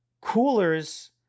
coolers